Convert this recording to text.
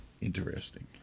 Interesting